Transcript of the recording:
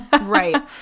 right